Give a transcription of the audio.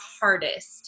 hardest